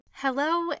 Hello